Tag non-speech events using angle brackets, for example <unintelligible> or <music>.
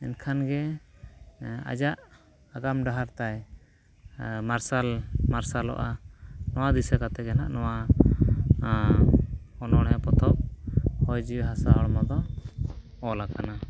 ᱢᱮᱱᱠᱷᱟᱱ ᱜᱮ ᱟᱭᱟᱜ ᱟᱜᱟᱢ ᱰᱟᱦᱟᱨ ᱛᱟᱭ <unintelligible> ᱢᱟᱨᱥᱟᱞᱚᱜᱼᱟ ᱚᱱᱟ ᱫᱤᱥᱟᱹ ᱠᱟᱛᱮᱜᱮ ᱱᱚᱣᱟ ᱚᱱᱚᱬᱦᱮ ᱯᱚᱛᱚᱵ ᱦᱚᱭ ᱡᱤᱣᱤ ᱦᱟᱥᱟ ᱦᱚᱲᱢᱚ ᱫᱚ ᱚᱞ ᱟᱠᱟᱱᱟ